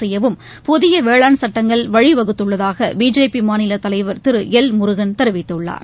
செய்யவும் புதிய வேளாண் சட்டங்கள் வழிவகுத்துள்ளதாக பிஜேபி மாநிலத் தலைவர் திரு எல் முருகன் தெரிவித்துள்ளார்